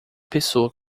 pessoa